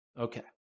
Okay